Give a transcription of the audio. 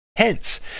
Hence